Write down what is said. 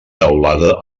teulada